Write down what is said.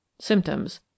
Symptoms